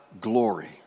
glory